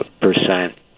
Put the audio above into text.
percent